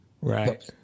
Right